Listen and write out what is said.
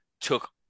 took